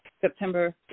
September